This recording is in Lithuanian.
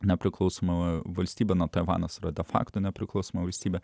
nepriklausoma valstybė taivanasyra de fakto nepriklausoma valstybė